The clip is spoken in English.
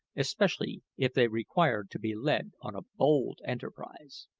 especially if they required to be led on a bold enterprise.